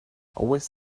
always